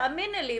תאמיני לי,